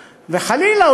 וחלילה,